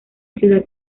ciudad